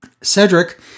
Cedric